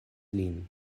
lin